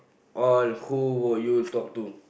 or who would you talk to